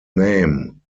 name